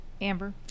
Amber